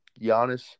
Giannis –